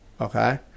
Okay